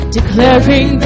Declaring